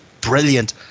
brilliant